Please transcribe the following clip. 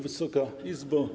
Wysoka Izbo!